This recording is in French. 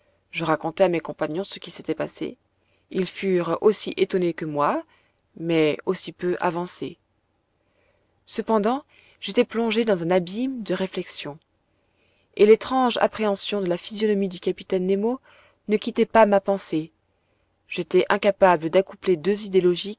je racontai à mes compagnons ce qui s'était passé ils furent aussi étonnés que moi mais aussi peu avancés cependant j'étais plongé dans un abîme de réflexions et l'étrange appréhension de la physionomie du capitaine nemo ne quittait pas ma pensée j'étais incapable d'accoupler deux idées logiques